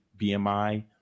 BMI